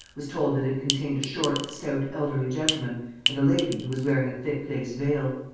was told that it contained a short, stout, elderly gentleman and a lady who was wearing a thick lace veil.